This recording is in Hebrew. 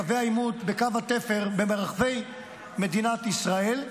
בקווי העימות, בקו התפר וברחבי מדינת ישראל,